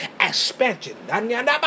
Expansion